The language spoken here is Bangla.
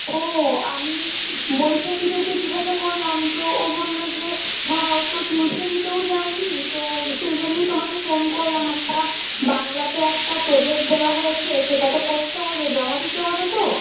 ও আমি বৈশাখীদেরকে জিজ্ঞাসা করলাম তো ও বললো যে হ্যাঁ ও তো টিউশানিতেও যায় নি তো সেই জন্যই তোমাকে ফোন করলাম একটা বাংলাতে একটা প্রজেক্ট দেওয়া হয়েছে সেটা তো করতে হবে জমা দিতে হবে তো